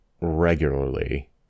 regularly